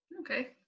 okay